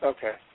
Okay